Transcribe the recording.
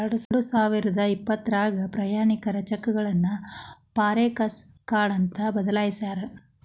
ಎರಡಸಾವಿರದ ಇಪ್ಪತ್ರಾಗ ಪ್ರಯಾಣಿಕರ ಚೆಕ್ಗಳನ್ನ ಫಾರೆಕ್ಸ ಕಾರ್ಡ್ ಅಂತ ಬದಲಾಯ್ಸ್ಯಾರ